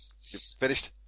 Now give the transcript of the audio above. Finished